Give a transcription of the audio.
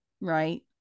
right